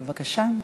בבקשה.